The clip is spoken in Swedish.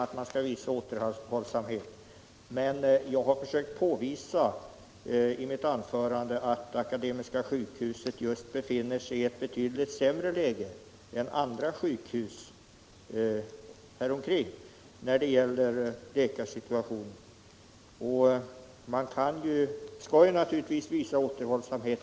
I mitt anförande försökte jag emellertid visa att Akademiska sjukhuset befinner sig i ett betydligt sämre läge än andra sjukhus häromkring när det gäller läkarsituationen. Visst skall vi visa återhållsamhet.